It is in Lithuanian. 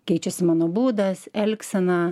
keičiasi mano būdas elgsena